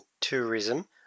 tourism